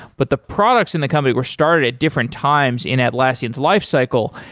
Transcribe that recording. but the products in the company were started at different times in atlassian's lifecycle,